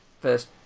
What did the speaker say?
first